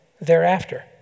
thereafter